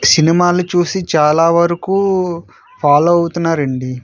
సినిమాలు చూసి చాలా వరకు ఫాలో అవుతున్నారు అండి